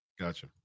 Gotcha